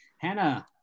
Hannah